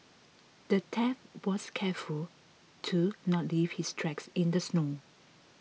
the thief was careful to not leave his tracks in the snow